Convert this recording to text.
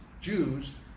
Jews